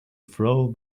throw